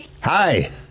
Hi